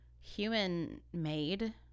Human-made